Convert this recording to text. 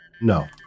No